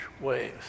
waves